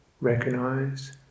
recognize